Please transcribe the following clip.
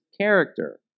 character